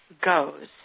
goes